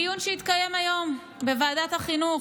דיון שהתקיים היום בוועדת החינוך.